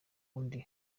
n’undi